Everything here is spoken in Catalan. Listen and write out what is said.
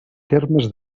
termes